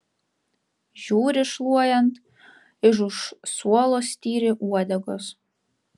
žiūri šluojant iš už suolo styri uodegos